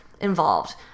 involved